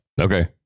Okay